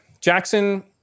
Jackson